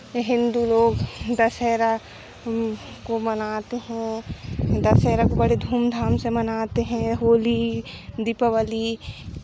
हिन्दू लोग दशहरा को मनाते हैं दशहरा को बड़े धूमधाम से मनाते हैं होली दीपावली